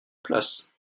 place